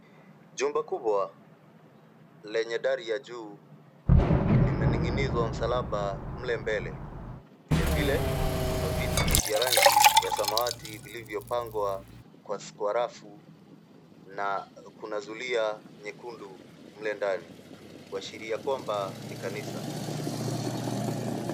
Jumba kubwa lenye dari ya juu limening'inizwa msalaba mle mbele. Vilevile kuna viti vya rangi ya samawati vilivyopangwa kwa rafu na kuna zulia nyekundu mle ndani kuashiria kwamba ni kanisa.